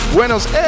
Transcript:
Buenos